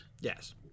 yes